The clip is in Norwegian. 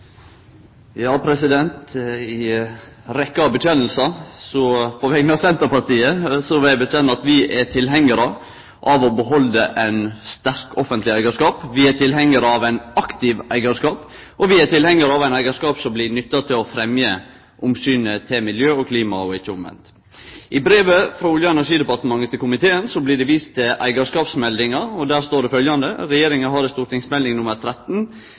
tilhengarar av å behalde ein sterk offentleg eigarskap, vi er tilhengarar av ein aktiv eigarskap, og vi er tilhengarar av ein eigarskap som blir nytta til å fremje omsynet til miljø og klima – ikkje omvendt. I brevet frå Olje- og energidepartementet til komiteen blir det vist til eigarskapsmeldinga. Der står det følgjande: «Regjeringen har i St.meld. nr. 13